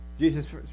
Jesus